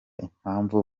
impamvu